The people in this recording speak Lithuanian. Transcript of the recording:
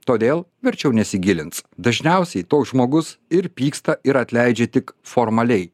todėl verčiau nesigilins dažniausiai toks žmogus ir pyksta ir atleidžia tik formaliai